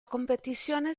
competizione